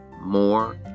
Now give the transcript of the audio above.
more